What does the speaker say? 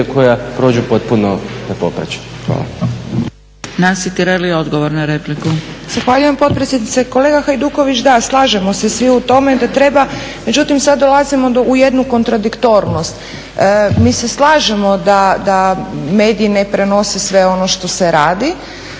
na repliku. **Tireli, Nansi (Hrvatski laburisti - Stranka rada)** Zahvaljujem potpredsjednice. Kolega Hajduković, da slažemo se svi u tome da treba, međutim sad dolazimo u jednu kontradiktornost. Mi se slažemo da mediji ne prenose sve ono što se radi.